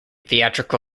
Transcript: theatrical